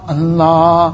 Allah